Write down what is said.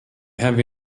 have